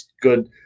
good